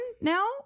now